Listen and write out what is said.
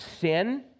sin